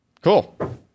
Cool